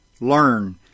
learn